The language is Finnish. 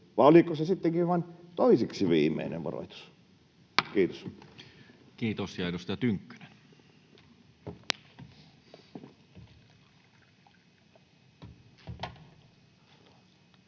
vai oliko se sittenkin vain toiseksi viimeinen varoitus? — Kiitos. Kiitos. — Ja edustaja Tynkkynen.